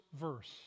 verse